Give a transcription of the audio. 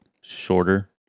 shorter